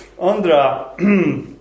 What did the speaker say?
Andra